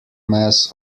mass